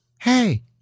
Hey